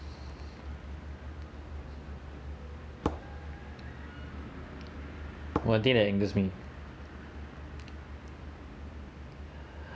one thing that angers me